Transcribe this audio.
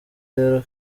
rero